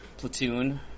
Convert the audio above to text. Platoon